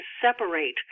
separate